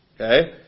Okay